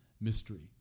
mystery